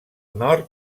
nord